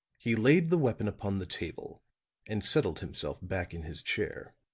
he laid the weapon upon the table and settled himself back in his chair.